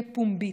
שתהיה פומבית,